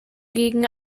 gegen